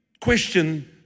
question